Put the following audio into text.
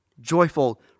Joyful